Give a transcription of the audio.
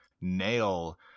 nail